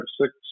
six